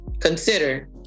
consider